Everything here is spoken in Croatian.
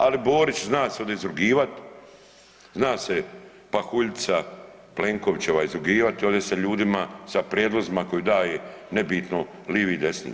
Ali Borić se zna se ovdje izrugivati, zna se pahuljica Plenkovićeva izrugivati ovdje sa ljudima, sa prijedlozima koje daje nebitno lijevi i desni.